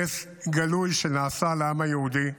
נס גלוי של העם היהודי: